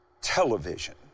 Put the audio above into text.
television